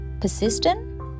persistent